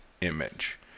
image